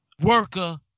worker